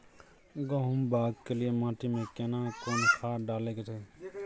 गहुम बाग के लिये माटी मे केना कोन खाद डालै के चाही?